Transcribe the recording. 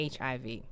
HIV